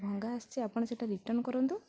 ଭଙ୍ଗା ଆସିଛି ଆପଣ ସେଇଟା ରିଟର୍ଣ୍ଣ କରନ୍ତୁ